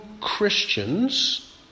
Christians